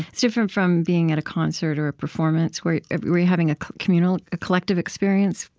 it's different from being at a concert or a performance, where you're having a communal, collective experience,